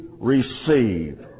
receive